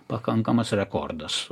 pakankamas rekordas